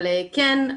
אבל כן,